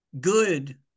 good